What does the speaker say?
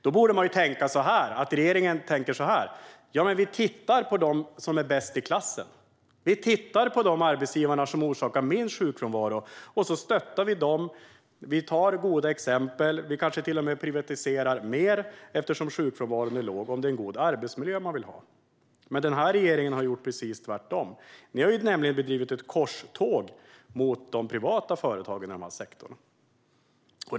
Då kunde man tro att regeringen skulle tänka så här: Vi tittar på dem som är bäst i klassen - på de arbetsgivare som orsakar minst sjukfrånvaro. Vi stöttar dem och tar goda exempel. Vi kanske till och med privatiserar mer, eftersom sjukfrånvaron är låg, om det är en god arbetsmiljö vi vill ha. Men denna regering har gjort precis tvärtom. Den har bedrivit ett korståg mot de privata företagen i dessa sektorer.